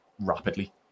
rapidly